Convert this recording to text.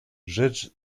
rzec